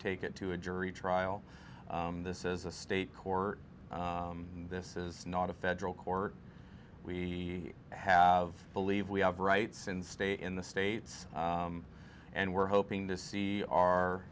take it to a jury trial this is a state court this is not a federal court we have believe we have rights in state in the states and we're hoping to see our